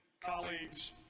colleagues